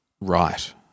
Right